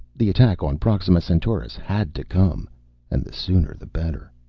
the attack on proxima centaurus had to come and the sooner the better.